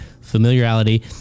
familiarity